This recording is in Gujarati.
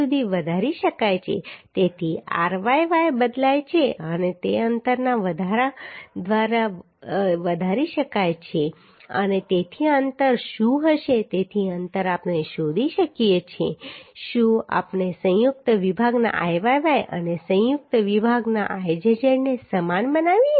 તેથી ryy બદલાય છે અને તે અંતરના વધારા દ્વારા વધારી શકાય છે અને તેથી અંતર શું હશે તેથી અંતર આપણે શોધી શકીએ છીએ કે શું આપણે સંયુક્ત વિભાગના Iyy અને સંયુક્ત વિભાગના Izz ને સમાન બનાવીએ છીએ